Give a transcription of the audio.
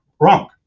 Wrong